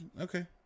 Okay